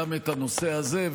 גם את הנושא הזה.